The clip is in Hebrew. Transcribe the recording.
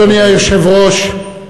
אדוני היושב-ראש,